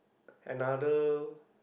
another